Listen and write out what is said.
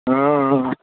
অঁ অঁ